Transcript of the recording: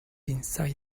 inside